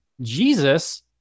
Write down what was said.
Jesus